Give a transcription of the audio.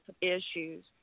issues